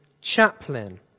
chaplain